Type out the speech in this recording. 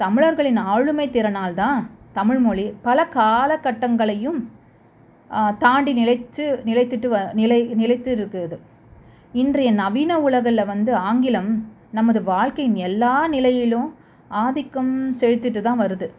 தமிழர்களின் ஆளுமை திறனால் தான் தமிழ் மொழி பல காலகட்டங்களையும் தாண்டி நிலைத்து நிலைத்துட்டு வ நிலை நிலைத்து இருக்கிறது இன்றைய நவீன உலகில் வந்து ஆங்கிலம் நமது வாழ்க்கையின் எல்லா நிலையிலும் ஆதிக்கம் செலுத்திகிட்டு தான் வருது